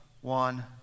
one